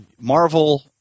Marvel